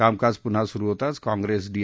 कामकाज पुन्हा सुरु होताचं काँप्रेस डी